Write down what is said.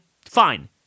fine